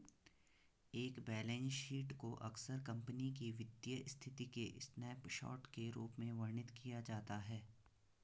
एक balance sheet को अक्सर कंपनी की वित्तीय स्थिति के स्नैपशॉट के रूप में वर्णित किया जाता है